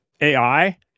AI